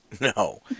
no